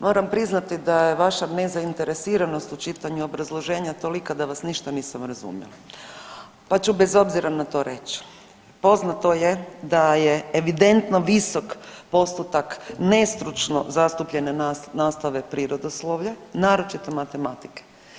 Moram priznati da je vaša nezainteresiranost u čitanju obrazloženja tolika da vas ništa nisam razumila, pa ću bez obzira na to reć, poznato je da je evidentno visok postotak nestručno zastupljene nastave prirodoslovlja, naročito matematike.